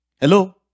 hello